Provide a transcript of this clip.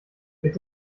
mit